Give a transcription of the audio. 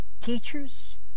Teachers